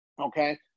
okay